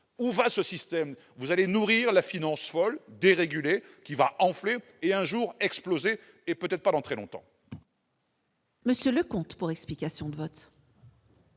où va ce système vous allez nourrir la finance folle dérégulée qui va enfler et un jour exploser et peut-être pendant très longtemps.